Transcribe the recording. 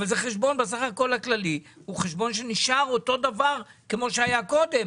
אבל זה חשבון בסך הכול הכללי שהוא חשבון שנשאר אותו דבר כמו שהיה קודם,